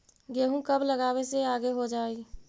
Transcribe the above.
गेहूं कब लगावे से आगे हो जाई?